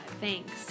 Thanks